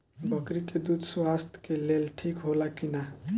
बकरी के दूध स्वास्थ्य के लेल ठीक होला कि ना?